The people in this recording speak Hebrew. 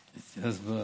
את יזבק,